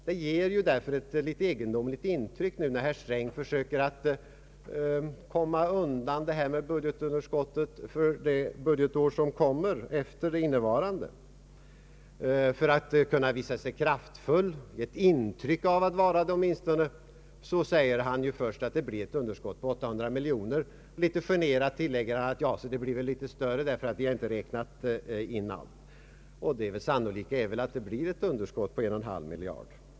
Det ger därför ett litet egendomligt intryck nu när herr Sträng i årets finansplan försöker att komma undan problemet med budgetunderskottet för det budgetår som kommer efter det innevarande, För att kunna visa sig kraftfull eller åtminstone ge ett intryck av att vara det säger herr Sträng först att det blir ett underskott på 800 miljoner kronor. Litet generad tillägger han att det blir väl litet större därför att vi inte räknat in allt. Det är sannolikt att det blir ett underskott på 1,5 miljarder.